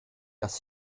dass